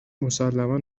مسلما